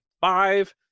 five